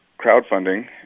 crowdfunding